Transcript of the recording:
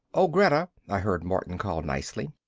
oh, greta, i heard martin call nicely.